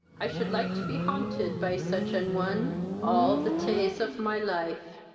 i should like to be haunted by such an one all the tays of my life.